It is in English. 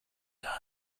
done